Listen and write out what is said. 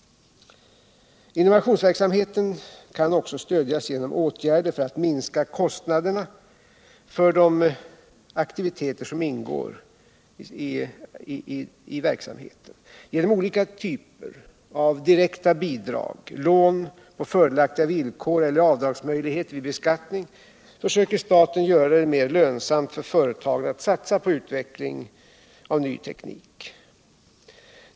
Innovationsverksamheten kan också stödjas genom åtgärder för att minska kostnaderna för de aktiviteter som ingår i verksamheten. Genom olika typer av direkta bidrag, lån på fördelaktiga villkor eller möjligheter till avdrag vid beskattning försöker staten göra det mer lönsamt för företag att satsa på utveckling av ny teknik.